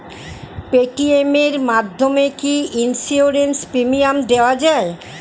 Paytm এর মাধ্যমে কি ইন্সুরেন্স প্রিমিয়াম দেওয়া যায়?